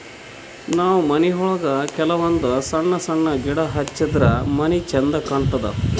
ನಾವ್ ಮನಿಯೊಳಗ ಕೆಲವಂದ್ ಸಣ್ಣ ಸಣ್ಣ ಗಿಡ ಹಚ್ಚಿದ್ರ ಮನಿ ಛಂದ್ ಕಾಣತದ್